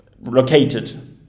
located